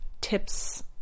tips